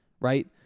right